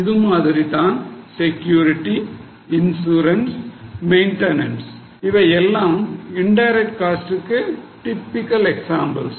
இதேமாதிரி தான் security insurance maintenance இவையெல்லாம் இன்டைரக்ட் காஸ்ட்க்கு டிப்பிக்கல் எக்ஸாம்பிள்ஸ்